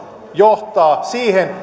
johtaa siihen